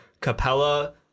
Capella